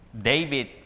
David